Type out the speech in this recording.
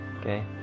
okay